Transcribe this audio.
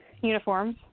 uniforms